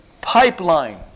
pipeline